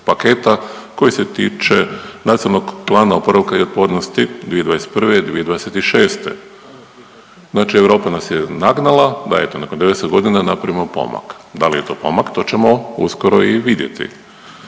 paketa koji se tiče Nacionalnog plana oporavka i otpornosti 2021. i 2026. Znači Europa nas je nagnala da eto nakon 90 godina napravimo pomak. Da li je to pomak to ćemo uskoro i vidjeti.